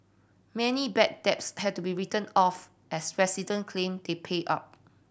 many bad debts had to be written off as resident claim they paid up